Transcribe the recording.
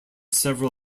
several